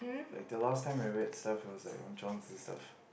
like the last time I went the staff was Johnson serve